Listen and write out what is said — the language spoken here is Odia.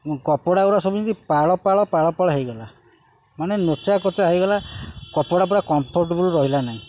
କପଡ଼ା ଗୁଡ଼ା ସବୁ ଯେମିତି ପାଳ ପାଳ ପାଳ ପାଳ ହେଇଗଲା ମାନେ ନୋଚା କୋଚା ହେଇଗଲା କପଡ଼ା ଗୁଡ଼ା କମ୍ଫର୍ଟେବୁଲ୍ ରହିଲା ନାହିଁ